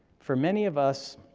for many of us,